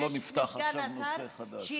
לא נפתח עכשיו נושא חדש.